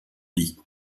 lit